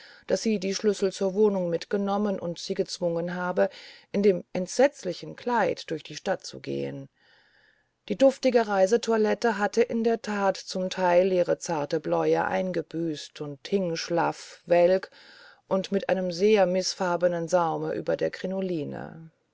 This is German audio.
daß sie die schlüssel zur wohnung mitgenommen und sie gezwungen habe in dem entsetzlichen kleid durch die stadt zu gehen die duftige reisetoilette hatte in der that zum teil ihre zarte bläue eingebüßt und hing schlaff welk und mit einem sehr mißfarbenen saume über der